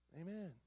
Amen